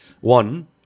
one